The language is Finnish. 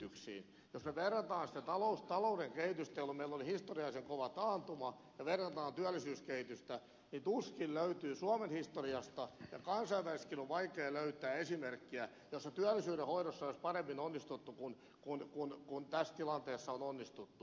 jos me vertaamme sitä talouden kehitystä jolloin meillä oli historiallisen kova taantuma ja vertaamme työllisyyskehitystä niin tuskin löytyy suomen historiasta ja kansainvälisestikin on vaikea löytää esimerkkejä joissa työllisyyden hoidossa olisi paremmin onnistuttu kuin tässä tilanteessa on onnistuttu